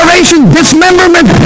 dismemberment